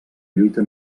lluita